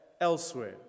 elsewhere